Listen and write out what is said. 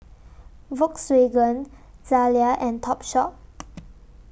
Volkswagen Zalia and Topshop